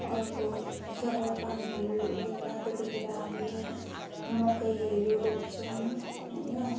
अर्को जब पानीहरू हुँदैन त्यतिखेर हामी मकैहरू रोप्छौँ होइन